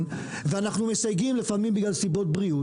ואנחנו מסייגים לפעמים בגלל סיבות בריאות.